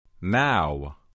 Now